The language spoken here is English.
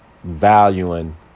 Valuing